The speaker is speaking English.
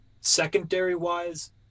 Secondary-wise